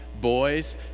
boys